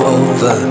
over